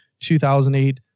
2008